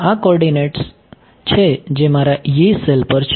આ કોર્ડિનેટ્સ છે જે મારા Yee સેલ પર છે